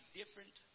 different